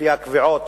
לפי הקביעות,